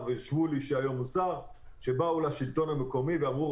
ואלי כהן שהיום הם שרים באו לשלטון המקומי ואמרו,